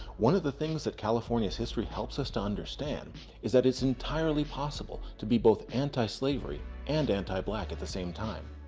one of the things that california's history helps us understand is that it's entirely possible to be both antislavery and anti-black at the same time.